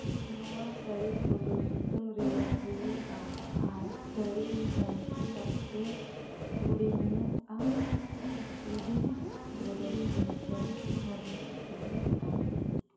ᱱᱚᱣᱟ ᱥᱟᱹᱲᱤ ᱠᱚᱫᱚ ᱥᱩᱛᱟᱹᱢ ᱨᱮᱭᱟᱜ ᱦᱩᱭᱩᱜᱼᱟ ᱟᱨ ᱥᱟᱹᱲᱤ ᱠᱷᱚᱱ ᱚᱥᱟᱨ ᱪᱮᱫ ᱦᱩᱰᱤᱧᱚᱜᱼᱟ ᱤᱰᱤ ᱵᱚᱫᱚᱞᱛᱮ ᱜᱚᱱᱴᱷᱮ ᱦᱟᱹᱵᱤᱡᱽ ᱡᱷᱤᱞᱳ ᱛᱟᱦᱮᱱᱟ